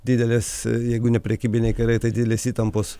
didelės jeigu ne prekybiniai karai tai didelės įtampos